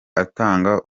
atanga